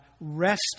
rest